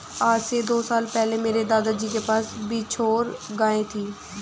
आज से दो साल पहले मेरे दादाजी के पास बछौर गाय थी